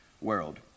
world